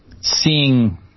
seeing